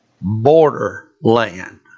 borderland